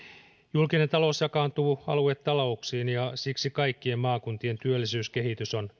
julkinen talous jakaantuu aluetalouksiin ja siksi kaikkien maakuntien työllisyyskehitys on